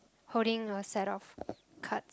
holding a set of cards